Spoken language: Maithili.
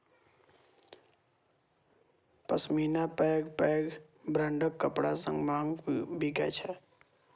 पश्मीना पैघ पैघ ब्रांडक कपड़ा सं महग बिकै छै